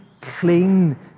clean